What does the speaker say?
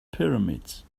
pyramids